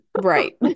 Right